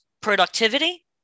productivity